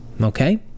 okay